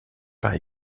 par